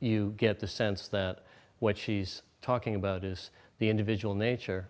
you get the sense that what she's talking about is the individual nature